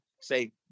say